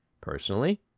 personally